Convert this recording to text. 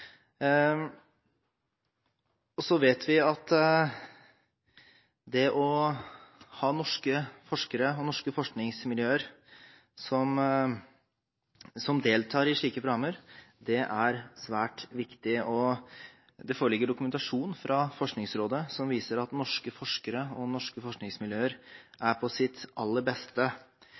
vet at det å ha norske forskere og norske forskningsmiljøer som deltar i slike programmer, er svært viktig. Det foreligger dokumentasjon fra Forskningsrådet som viser at norske forskere og norske forskningsmiljøer er på sitt aller beste